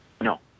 No